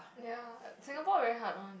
ya Singapore very hard one